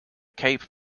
cape